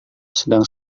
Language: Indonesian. sedang